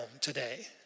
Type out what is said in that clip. today